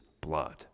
blood